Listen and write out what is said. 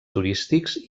turístics